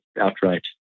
outright